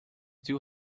two